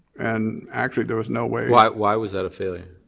and actually there was no way why why was that a failure?